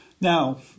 Now